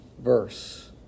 verse